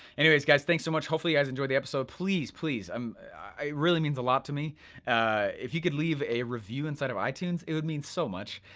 anyways, guys, thanks so much. hopefully you guys enjoyed the episode. please, please, um it really means a lot to me if you could leave a review inside of ah itunes, it would mean so much.